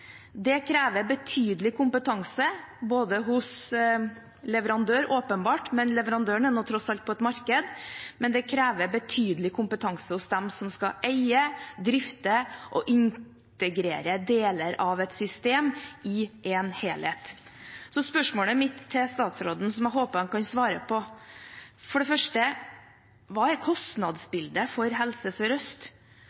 Det krever betydelig kompetanse, både hos leverandør – åpenbart, men leverandøren er tross alt på et marked – og hos dem som skal eie, drifte og integrere deler av et system i en helhet. Spørsmålene mine til statsråden, som jeg håper han kan svare på, er: Hva er kostnadsbildet for Helse Sør-Øst? Hva er